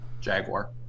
Jaguar